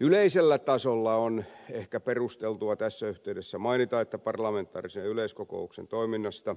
yleisellä tasolla on ehkä perusteltua tässä yhteydessä mainita parlamentaarisen yleiskokouksen toiminnasta